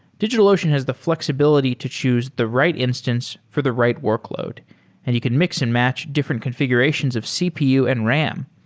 digitalocean has the fl exibility to choose the right instance for the right workload and he could mix-and-match different confi gurations of cpu and ram.